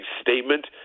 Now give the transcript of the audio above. statement